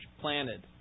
planted